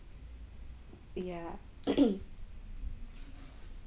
yeah